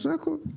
זה הכול.